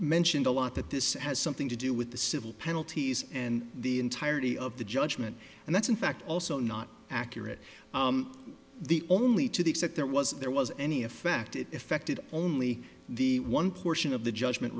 mentioned a lot that this has something to do with the civil penalties and the entirety of the judgment and that's in fact also not accurate the only to the extent there was there was any effect it effected only the one portion of the judgment